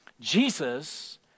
Jesus